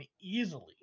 easily